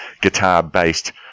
guitar-based